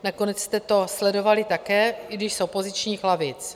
Nakonec jste to sledovali také, i když z opozičních lavic.